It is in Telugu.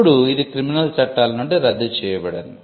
ఇప్పుడు ఇది క్రిమినల్ చట్టాల నుండి రద్దు చేయబడింది